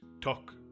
talk